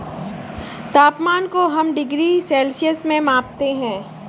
तापमान को हम डिग्री सेल्सियस में मापते है